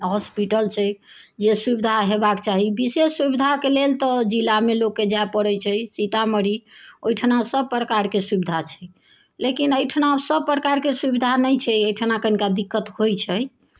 अऽ हॉस्पिटल छै जे सुविधा हेबाक चाही विशेष सुविधाके लेल तऽ जिलामे लोकके जाय पड़ै छै सीतामढ़ी ओहिठिना सभ प्रकारके सुविधा छै लेकिन एहिठना सभ प्रकारके सुविधा नहि छै एहिठना कनिका दिक्कत होइ छै